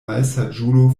malsaĝulo